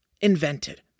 invented